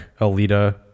Alita